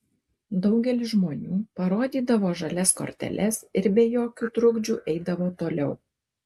daugelis žmonių parodydavo žalias korteles ir be jokių trukdžių eidavo toliau